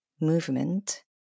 movement